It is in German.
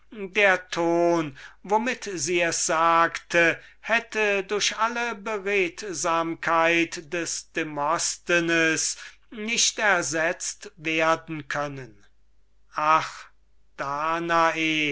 der ton womit sie es sagte hätte durch alle beredsamkeit des demosthenes nicht ersetzt werden können ach danae